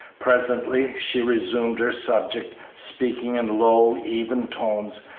presently she resumed her subject, speaking in low, even tones,